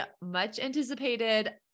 much-anticipated